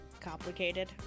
complicated